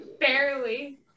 Barely